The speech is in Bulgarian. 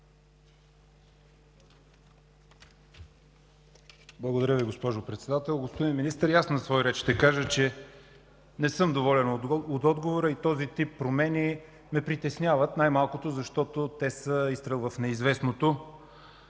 Благодаря Ви, госпожо Председател. Господин Министър, и аз на свой ред ще кажа, че не съм доволен от отговора. Този тип промени ме притесняват, най-малкото защото са изстрел в неизвестното.